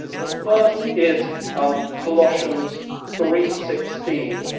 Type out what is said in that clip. the first is um colossians three sixteen,